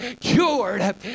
cured